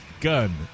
Gun